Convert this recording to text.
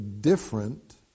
different